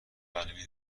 قلبی